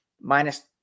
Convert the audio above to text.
minus